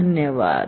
धन्यवाद